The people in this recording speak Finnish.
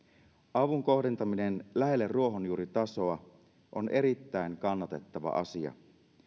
avun kohdentaminen lähelle ruohonjuuritasoa on erittäin kannatettava asia